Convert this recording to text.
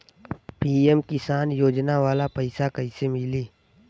PM Kisan योजना वाला पैसा कईसे मिली?